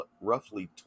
roughly